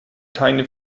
keine